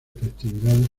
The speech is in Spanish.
festividades